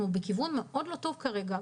אנחנו בכיוון מאוד לא טוב כרגע,